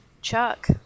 Chuck